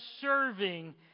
serving